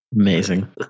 Amazing